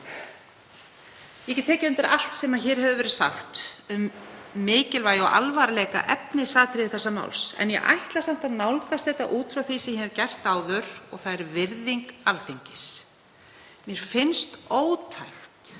Ég get tekið undir allt sem hér hefur verið sagt um mikilvægi og alvarleika efnisatriða þessa máls en ég ætla samt að nálgast þetta út frá því sem ég hef gert áður og það er virðing Alþingis. Mér finnst ótækt